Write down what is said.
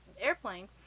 airplane